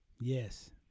Yes